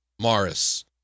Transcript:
Morris